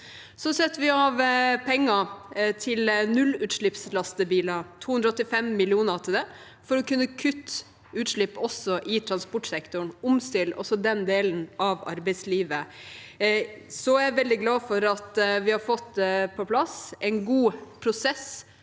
Vi setter av penger til nullutslippslastebiler – 285 mill. kr for å kunne kutte utslipp også i transportsektoren og omstille også den delen av arbeidslivet. Jeg er veldig glad for at vi har fått på plass en god prosess